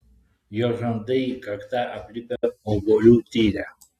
jos žandai ir kakta aplipę obuolių tyre